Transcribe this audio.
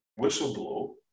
whistleblow